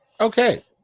okay